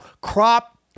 crop